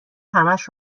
همش